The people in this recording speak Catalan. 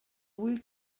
vull